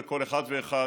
לכל אחד ואחד,